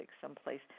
someplace